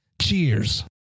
Cheers